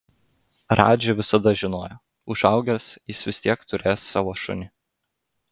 radži visada žinojo užaugęs jis vis tiek turės savo šunį